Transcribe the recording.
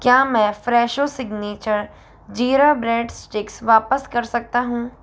क्या मैं Fresho signature jeera bread sticks वापस कर सकता हूँ